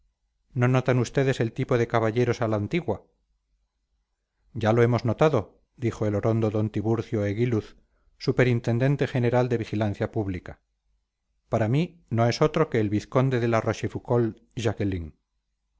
no notan ustedes el tipo de caballeros a la antigua ya lo hemos notado dijo el orondo don tiburcio eguiluz superintendente general de vigilancia pública para mí no es otro que el vizconde de la rochefoucauld jaquelin